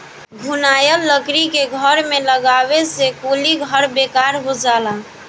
घुनाएल लकड़ी के घर में लगावे से कुली घर बेकार हो जाला